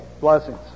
blessings